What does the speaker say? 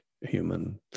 human